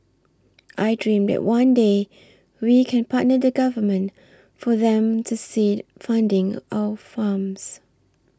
I dream that one day we can partner the government for them to seed funding our farms